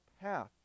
path